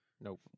Nope